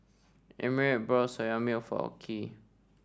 Emmitt bought Soya Milk for Okey